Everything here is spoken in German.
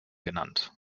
genannt